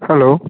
hello